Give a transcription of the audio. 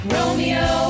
Romeo